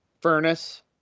Furnace